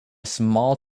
small